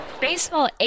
Baseball